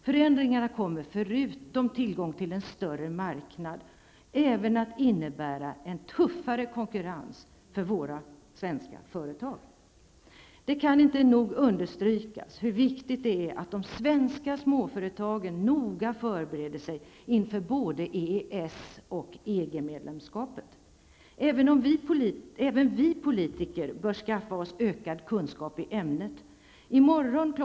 Förändringarna kommer, förutom tillgång till en större marknad, även att innebära en tuffare konkurrens för våra svenska företag. Det kan inte nog understrykas hur viktigt det är att de svenska småföretagen noga förbereder sig inför både EES Även vi politiker bör skaffa oss ökad kunskap i ämnet. I morgon kl.